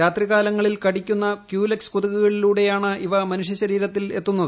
രാത്രികാലങ്ങളിൽ കടിക്കുന്ന ക്യുലെക്സ് കൊതുകുകളിലൂടെയാണ് ഇവ മനുഷ്യശരീരത്തിൽ എത്തുന്നത്